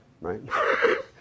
right